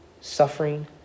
Suffering